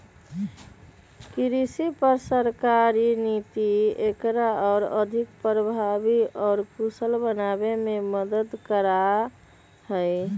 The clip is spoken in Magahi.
कृषि पर सरकारी नीति एकरा और अधिक प्रभावी और कुशल बनावे में मदद करा हई